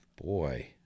Boy